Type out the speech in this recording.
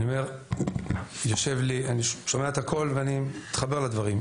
אני אומר, אני שומע את הכל ואני מתחבר לדברים.